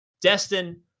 Destin